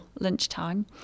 lunchtime